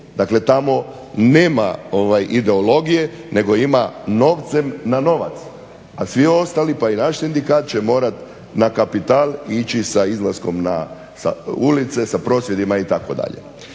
dakle tamo nema ideologije nego ima novcem na novac, a svi ostali pa i naš sindikat će morat na kapital ići sa izlaskom na ulice, sa prosvjedima itd.